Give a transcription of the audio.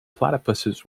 platypuses